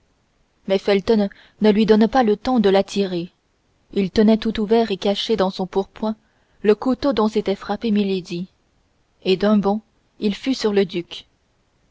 mais felton ne lui donna pas le temps de la tirer il tenait tout ouvert et caché dans son pourpoint le couteau dont s'était frappée milady d'un bond il fut sur le duc